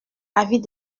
avis